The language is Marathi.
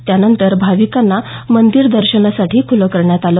यानंतर भाविकांना मंदिर दर्शनासाठी खुलं करण्यात आलं